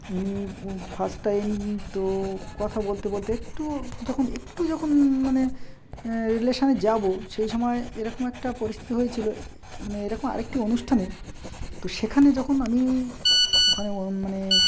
উনি first time তো কথা বলতে বলতে একটু যখন একটু যখন মানে রিলেশনে যাব সেই সময় এরকম একটা পরিস্থিতি হয়েছিল মানে এরকম আরেকটি অনুষ্ঠানে তো সেখানে যখন আমি ওখানে মানে